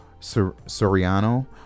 Soriano